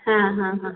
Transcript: ಹಾಂ ಹಾಂ ಹಾಂ